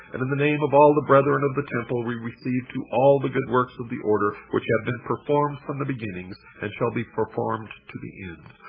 and in the name of all the brethren of the temple, we receive to all the good works of the order which have been performed from the beginning, and shall be performed to the end,